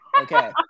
Okay